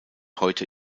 heute